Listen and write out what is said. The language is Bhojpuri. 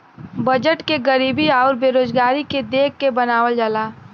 बजट के गरीबी आउर बेरोजगारी के देख के बनावल जाला